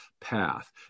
path